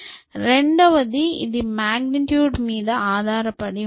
రెండవది ఇది మాగ్నిట్యూడ్ మీద ఆధారపడి ఉంటుంది